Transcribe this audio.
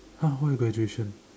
!huh! why graduation